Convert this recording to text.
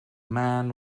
man